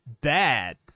bad